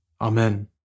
Amen